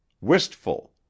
Wistful